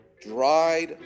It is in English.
dried